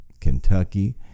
Kentucky